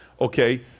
okay